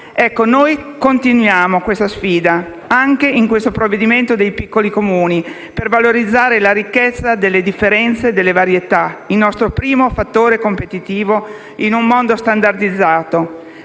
noi continuiamo questa sfida anche in questo provvedimento sui piccoli Comuni, per valorizzare la ricchezza delle differenze e delle varietà, il nostro primo fattore competitivo in un mondo standardizzato.